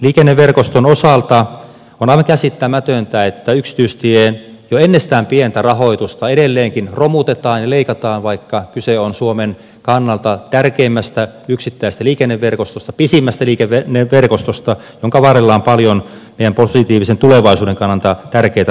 liikenneverkoston osalta on aivan käsittämätöntä että yksityisteiden jo ennestään pientä rahoitusta edelleenkin romutetaan ja leikataan vaikka kyse on suomen kannalta tärkeimmästä yksittäisestä liikenneverkostosta pisimmästä liikenneverkostosta jonka varrella on paljon meidän positiivisen tulevaisuuden kannalta tärkeitä raaka aineita